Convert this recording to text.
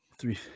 three